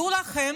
דעו לכם,